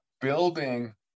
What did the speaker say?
building